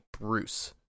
Bruce